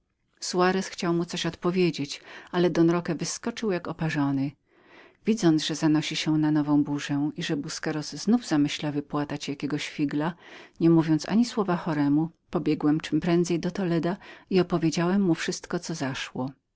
chciał mu coś odpowiedzieć ale don roque wyskoczył jak oparzony widząc że zanosi się na nową burzę i że busqurosbusqueros znowu zamyślał wypłatać jakiego figla nie mówiąc ani słowa choremu pobiegłem czemprędzej do toleda i opowiedziałem mu wszystko co zaszło